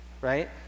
right